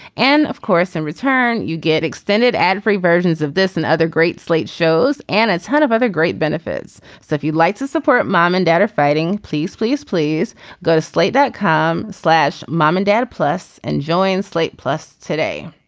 and of course in return you get extended ad free versions of this and other great slate shows and a ton of other great benefits. so if you'd like to support mom and dad are fighting please please please go to slate that slash mom and dad plus and join slate plus today.